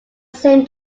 same